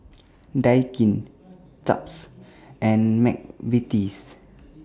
Daikin Chaps and Mcvitie's